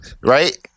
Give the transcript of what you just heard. Right